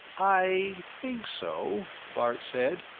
i think so, bart said,